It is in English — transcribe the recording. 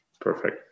Perfect